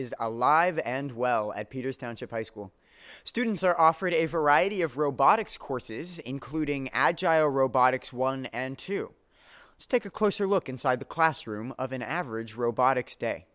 is alive and well at peters township high school students are offered a variety of robotics courses including agile robotics one and to take a closer look inside the classroom of an average robotics day